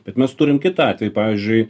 bet mes turim kitą atvejį pavyzdžiui